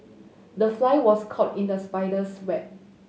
the fly was caught in the spider's web